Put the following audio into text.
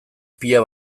pila